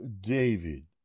David